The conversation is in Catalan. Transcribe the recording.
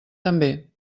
també